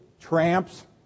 tramps